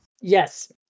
Yes